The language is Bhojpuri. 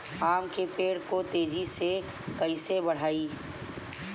आम के पेड़ को तेजी से कईसे बढ़ाई?